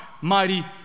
mighty